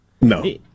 No